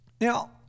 Now